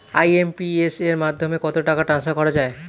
IMPS এর মাধ্যমে কত টাকা ট্রান্সফার করা যায়?